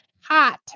hot